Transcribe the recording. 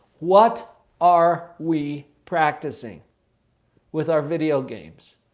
what are we practicing with our video games?